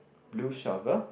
blue shovel